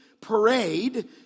parade